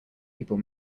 people